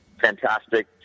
fantastic